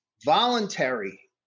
voluntary